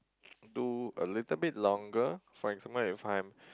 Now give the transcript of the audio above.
do a little bit longer for example if I'm